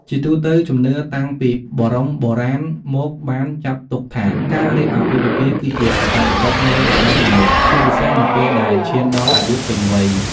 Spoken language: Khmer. ជាទូទៅជំនឿតាំងពីបរមបុរាណមកបានចាត់ទុកថា ការរៀបអាពាហ៍ពិពាហ៍គឺជាកាតព្វកិច្ចមួយរបស់មនុស្ស ជាពិសេសនៅពេលដែលឈានដល់អាយុពេញវ័យ ។